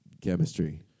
chemistry